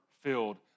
filled